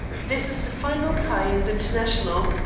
this is the final tie in the international.